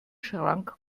schrank